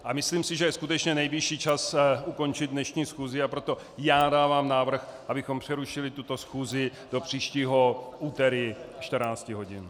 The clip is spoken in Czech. A myslím si, že je skutečně nejvyšší čas ukončit dnešní schůzi, a proto dávám návrh, abychom přerušili tuto schůzi do příštího úterý 14 hodin.